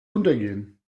untergehen